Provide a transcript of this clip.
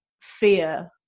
fear